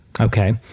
okay